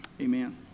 Amen